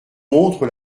montre